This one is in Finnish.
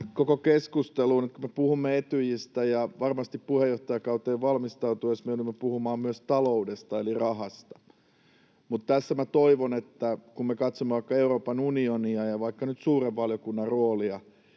koko keskusteluun: Me puhumme Etyjistä ja varmasti puheenjohtajakauteen valmistautuessa me joudumme puhumaan myös taloudesta eli rahasta, mutta tässä minä toivon, että kun me katsomme vaikka Euroopan unionia ja vaikka nyt suuren valiokunnan roolia,